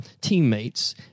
teammates